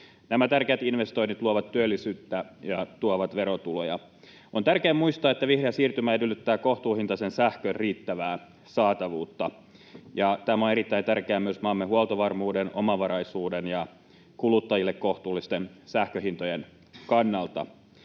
Nämä tärkeät investoinnit luovat työllisyyttä ja tuovat verotuloja. On tärkeää muistaa, että vihreä siirtymä edellyttää kohtuuhintaisen sähkön riittävää saatavuutta. Tämä on erittäin tärkeää myös maamme huoltovarmuuden, omavaraisuuden ja kuluttajille kohtuullisten sähkönhintojen kannalta,